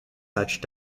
such